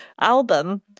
album